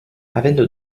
avendo